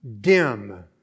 dim